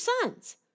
sons